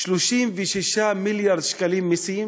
36 מיליארד שקלים מסים?